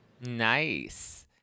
Nice